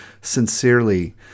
sincerely